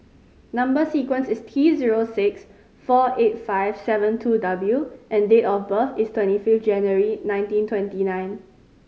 number sequence is T zero six four eight five seven two W and date of birth is twenty fifth January nineteen twenty nine